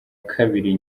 kabiri